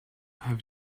have